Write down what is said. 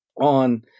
on